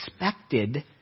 expected